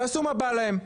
ועשו מה בא להם.